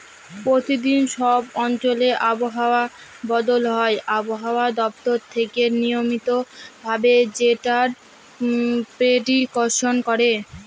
প্রতিদিন সব অঞ্চলে আবহাওয়া বদল হয় আবহাওয়া দপ্তর থেকে নিয়মিত ভাবে যেটার প্রেডিকশন করে